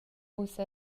ussa